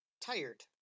tired